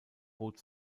bot